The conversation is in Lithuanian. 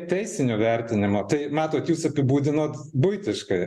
teisinio vertinimo tai matot jūs apibūdinot buitiškai